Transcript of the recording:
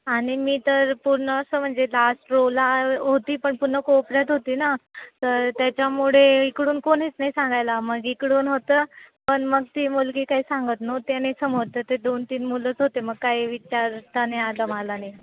आणि मी तर पूर्ण असं म्हणजे लास्ट रोला होती पण पूर्ण कोपऱ्यात होती ना तर त्याच्यामुळे इकडून कोणीच नाही सांगायला मग इकडून होतं पण मग ती मुलगी काही सांगत नव्हती ना समोर तर ते दोन तीन मुलंच होते मग काही विचारता नाही आलं मला आणि